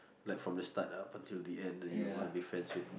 like from the start ah but till the end that you want to be friends with